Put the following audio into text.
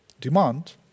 demand